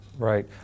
Right